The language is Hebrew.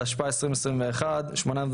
התשפ"א 2021 (פ/802/24),